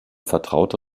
vertraute